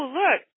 look